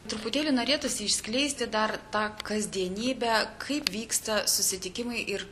truputėlį norėtųsi išskleisti dar tą kasdienybę kaip vyksta susitikimai ir